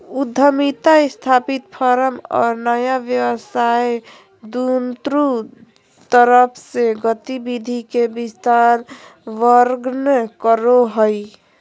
उद्यमिता स्थापित फर्म और नया व्यवसाय दुन्नु तरफ से गतिविधि के विस्तार वर्णन करो हइ